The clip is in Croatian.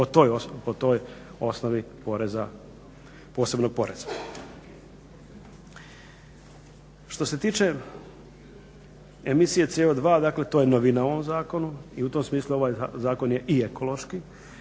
po toj osnovi poreza posebnog poreza. Što se tiče emisije CO2 to je novina u ovom zakonu i u tom smislu ovaj zakon je i ekološki